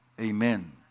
Amen